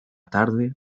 tarde